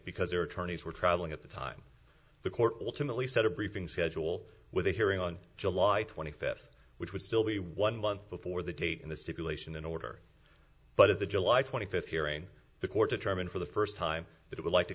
because their attorneys were traveling at the time the court ultimately set a briefing schedule with a hearing on july twenty fifth which would still be one month before the date in the stipulation in order but in the july twenty fifth hearing the court determined for the first time that it would like to